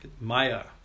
Maya